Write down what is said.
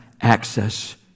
access